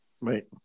Right